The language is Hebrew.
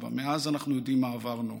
מאז, אנחנו יודעים מה עברנו.